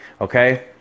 okay